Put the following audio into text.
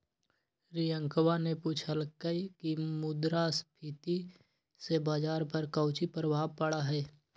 रियंकवा ने पूछल कई की मुद्रास्फीति से बाजार पर काउची प्रभाव पड़ा हई?